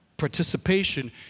participation